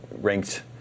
ranked